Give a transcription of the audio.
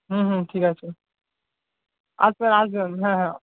হুম হুম ঠিক আছে আসবেন আসবেন হ্যাঁ হ্যাঁ